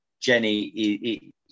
Jenny